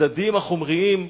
הצדדים החומריים,